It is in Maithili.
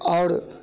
आओर